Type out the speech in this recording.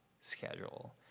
schedule